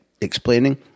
explaining